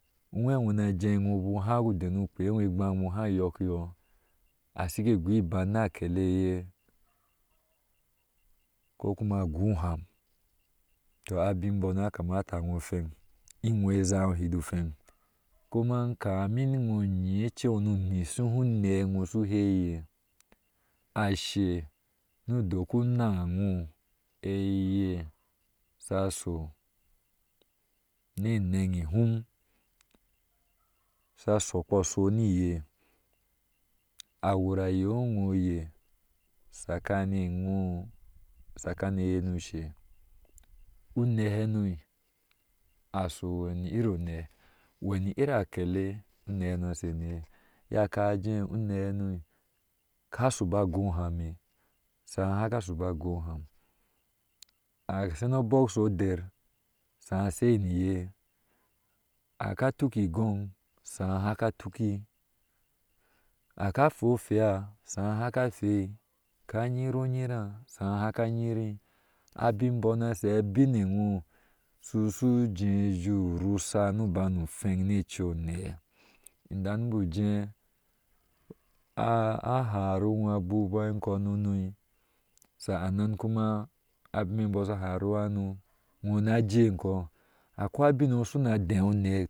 Uwee iwɔɔ naje iwɔɔ hu denu kpewɔɔ hgbam ewɔɔ ha yokiyɔ asiki goo iban na akeleye ko kuma ago oham, to abin bono akama wɔɔ feŋ inwɔɔ izawɔɔ hidi feŋ isuma kamin wɔɔ nyi aae waɔ nu nyrsra unee wu shu heye, ashe nu dok una wɔɔ eye saso ne anana hum sha shokpo ni iye, awur aye iwɔɔ oye sakani eyo sakani ni ushe unee hano a shu wani in onee wani iri akele unee no a soniye yaka aji unehano ka shiba gooham ue shaa haka shipa gooham, a sonɔɔ obɔɔk she der shaa a sai ni iny aka tuk igoŋ shaha haka tuki aka fei o feye sai haka fei ka nyiri o nyiráá sai haka nyiri abinbɔɔne ashi abiŋ ewɔɔ susuje ujje rusha nu banu feŋ ni ece neha, wan bɔje hari iwɔɔ abubuwa enkɔɔ nonió sáanan kuma abin embɔɔ sha haruwa nɔol wɔ na jee enkɔi akwa abin ewɔɔ shuna dee unee